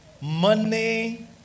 money